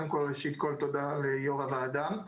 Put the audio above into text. תודה ליו"ר הוועדה.